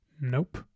Nope